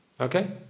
Okay